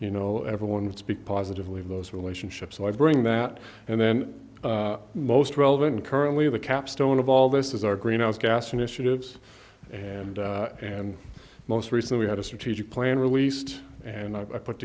you know everyone would speak positively of those relationships so i bring that and then most relevant currently of the capstone of all this is our greenhouse gas initiatives and and most recently we had a strategic plan released and i put